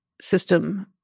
system